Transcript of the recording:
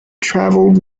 travelled